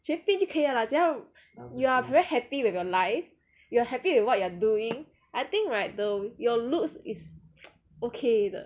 随便就可以了 lah 只要 you are very happy with your life you are happy with what you are doing I think right the your looks is okay 的